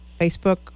Facebook